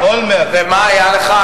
ומה היה לך?